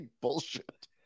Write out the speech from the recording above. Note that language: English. bullshit